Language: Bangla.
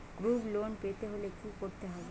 গ্রুপ লোন পেতে হলে কি করতে হবে?